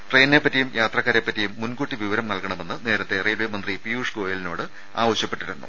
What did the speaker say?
ട്രെയിനിനെ പറ്റിയും യാത്രക്കാരെ പറ്റിയും മുൻകൂട്ടി വിവരം നൽകണമെന്ന് നേരത്തെ റെയിൽവെ മന്ത്രി പീയുഷ് ഗോയലിനോട് ആവശ്യപ്പെട്ടിരുന്നു